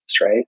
right